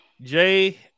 Jay